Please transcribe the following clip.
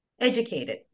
educated